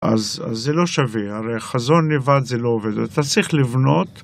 אז זה לא שווה, הרי חזון לבד זה לא עובד, אתה צריך לבנות.